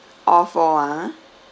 all four ah